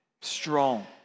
strong